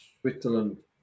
Switzerland